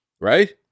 right